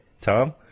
Tom